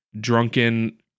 drunken